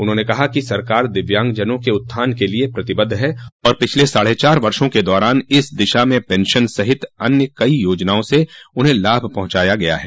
उन्होंने कहा कि सरकार दिव्यांगजनों के उत्थान के लिये प्रतिबद्ध है और पिछले साढ़े चार वर्षों के दौरान इस दिशा में पेंशन सहित अन्य कई योजनाआ से उन्हें लाभ पहुंचाया गया है